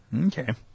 Okay